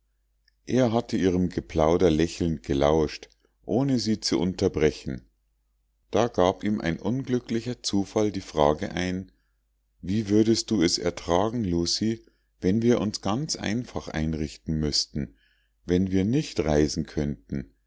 er hatte ihrem geplauder lächelnd gelauscht ohne sie zu unterbrechen da gab ihm ein unglücklicher zufall die frage ein wie würdest du es ertragen lucie wenn wir uns ganz einfach einrichten müßten wenn wir nicht reisen könnten